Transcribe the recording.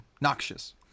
Noxious